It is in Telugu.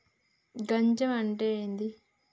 గజం అంటే ఏంది?